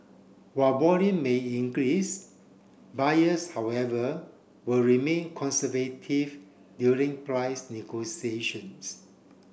while volume may increase buyers however will remain conservative during price negotiations